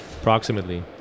approximately